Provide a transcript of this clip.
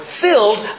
filled